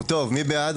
מי בעד